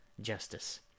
justice